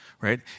right